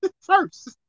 first